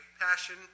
passion